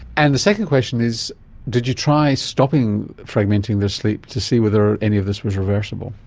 and the second question is did you try stopping fragmenting their sleep to see whether any of this was reversible?